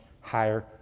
higher